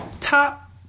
Top